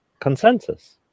consensus